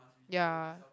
ya